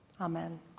Amen